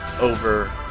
over